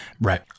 Right